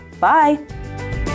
Bye